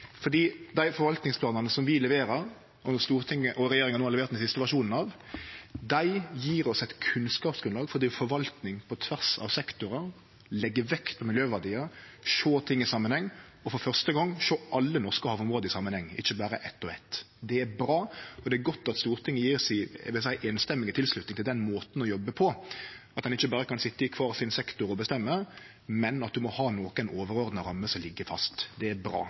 Dei forvaltningsplanane som vi leverer, og som Stortinget og regjeringa no har levert den siste versjonen av, gjev oss eit kunnskapsgrunnlag for å drive forvaltning på tvers av sektorar, leggje vekt på miljøverdiar, sjå ting i samanheng og for første gong sjå alle norske havområde i samanheng, ikkje berre eitt og eitt. Det er bra, og det er godt at Stortinget samrøystes gjev sin tilslutnad til den måten å jobbe på – at ein ikkje berre kan sitje i kvar sin sektor og avgjere, men at ein må ha nokre overordna rammer som ligg fast. Det er bra.